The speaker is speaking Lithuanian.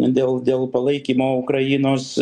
dėl dėl palaikymo ukrainos